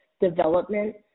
development